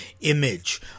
image